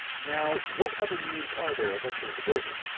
now what other means are there of entering the building?